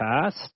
past